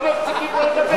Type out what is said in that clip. לא מפסיקים פה לדבר.